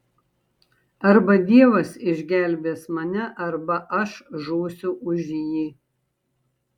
arba dievas išgelbės mane arba aš žūsiu už jį